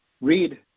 read